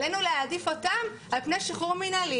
עלינו להעדיף אותם על פני שחרור מנהלי